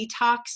detox